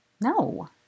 No